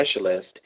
specialist